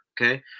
okay